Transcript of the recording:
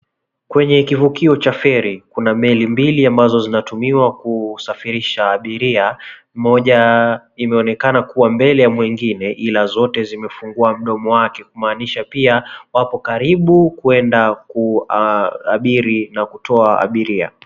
Kwenye kivukio cha feri kuna meli mbili ambazo zinatumiwa kusafirisha abiria. Moja imeonekana kuwa mbele ya mwingine, ila zote zimefungua mdomo wake kumaanisha pia wapo wako karibu kuenda kuabiri na kutoa abiria.